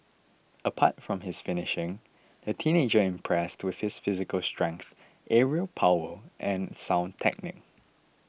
apart from his finishing the teenager impressed to his physical strength aerial power and sound technique